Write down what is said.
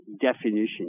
definition